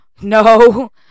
no